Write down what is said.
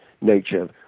nature